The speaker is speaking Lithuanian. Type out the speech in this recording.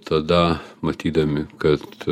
tada matydami kad